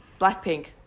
Blackpink